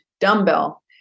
dumbbell